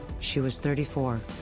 she was thirty four.